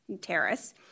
terrace